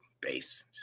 base